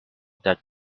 that